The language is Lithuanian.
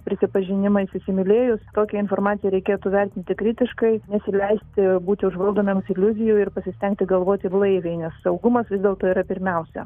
prisipažinimais įsimylėjus tokią informaciją reikėtų vertinti kritiškai nesileisti būti užvaldomiems iliuzijų ir pasistengti galvoti blaiviai nes saugumas vis dėlto yra pirmiausia